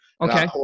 Okay